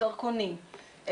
דרכונים,